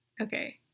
Okay